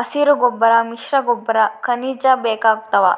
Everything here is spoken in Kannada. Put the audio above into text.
ಹಸಿರುಗೊಬ್ಬರ ಮಿಶ್ರಗೊಬ್ಬರ ಖನಿಜ ಬೇಕಾಗ್ತಾವ